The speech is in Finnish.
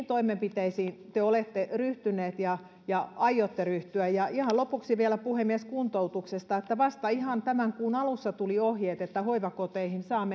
toimenpiteisiin te olette ryhtyneet ja ja aiotte ryhtyä ihan lopuksi vielä puhemies kuntoutuksesta vasta ihan tämän kuun alussa tuli ohjeet että hoivakoteihin saavat